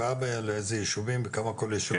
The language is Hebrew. חלוקה באיזה ישובים וכמה כל ישוב?